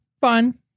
fun